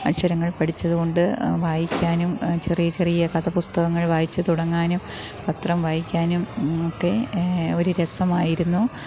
അക്ഷരങ്ങള് പഠിച്ചതു കൊണ്ട് വായിക്കാനും ചെറിയ ചെറിയ കഥ പുസ്തകങ്ങള് വായിച്ച് തുടങ്ങാനും പത്രം വായിക്കാനും ഒക്കെ ഒരു രസമായിരുന്നു